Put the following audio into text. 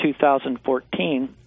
2014